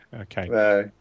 Okay